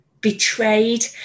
betrayed